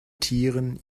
tieren